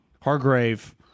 Hargrave